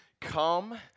Come